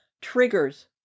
triggers